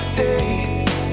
days